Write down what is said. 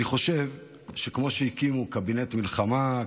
אני חושב שכמו שהקימו קבינט מלחמה,